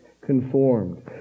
conformed